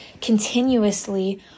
continuously